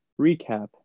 recap